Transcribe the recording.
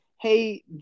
Hey